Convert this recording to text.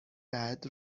بعد